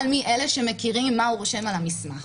מי אלה שמכירים מה הוא רושם על המסמך.